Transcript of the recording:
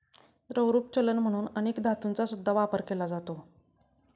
द्रवरूप चलन म्हणून अनेक धातूंचा सुद्धा वापर केला जातो